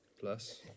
plus